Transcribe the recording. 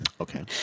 Okay